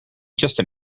just